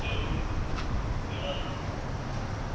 ए हुन्छ ए हवस् ल धन्यवाद